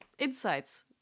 Insights